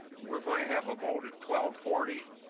we are going to have a vote at twelve forty.